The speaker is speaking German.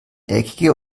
eckige